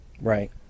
Right